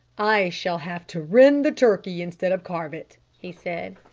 i shall have to rend the turkey, instead of carve it, he said.